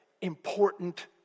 important